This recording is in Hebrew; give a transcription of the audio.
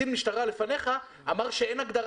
הן צריכות להיות clear